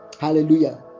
Hallelujah